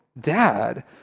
dad